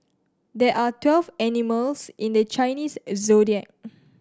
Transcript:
there are twelve animals in the Chinese Zodiac